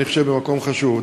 אני חושב שזה מקום חשוב.